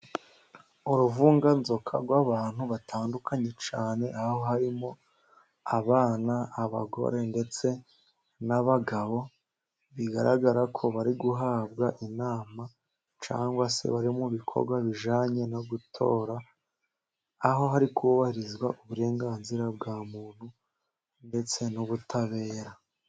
Uruvunganzoka rw'abantu batandukanye cyane harimo abana, abagore ndetse n'abagabo bigaragara ko bari guhabwa inama cyangwa se bari mu bikorwa bijyanye no gutora, aho hari kubahirizwa uburenganzira bwa muntu ndetse n'ubutabera.